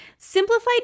Simplified